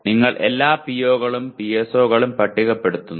നിങ്ങൾ എല്ലാ PO കളും PSO യും പട്ടികപ്പെടുത്തുന്നു